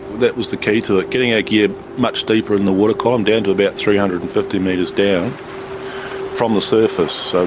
that was the key to it getting our ah gear much deeper in the water column, down to about three hundred and fifty metres down from the surface. so,